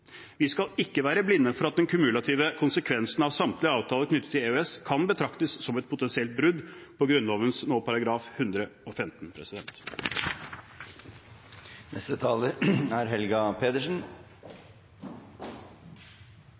Vi skal ikke være blinde for at den kumulative konsekvensen av samtlige avtaler knyttet til EØS, kan betraktes som et potensielt brudd på Grunnloven nå § 115.